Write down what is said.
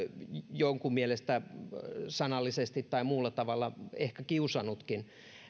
jonkun mielestä sanallisesti tai muulla tavalla ehkä kiusannutkin